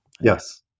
Yes